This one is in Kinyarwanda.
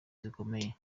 zikomeye